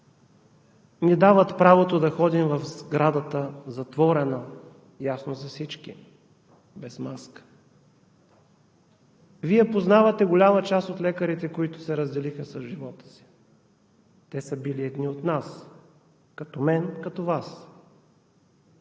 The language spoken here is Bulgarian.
ни дават правото да ходим в затворената сграда – ясно е за всички, без маска? Вие познавате голяма част от лекарите, които се разделиха с живота си. Те са били едни от нас – като мен, като Вас.